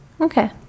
Okay